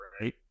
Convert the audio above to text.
right